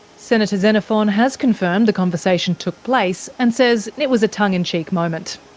senator xenophon has confirmed the conversation took place and says it was a tongue in cheek moment.